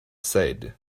said